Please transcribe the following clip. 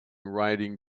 riding